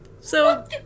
So-